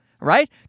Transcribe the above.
right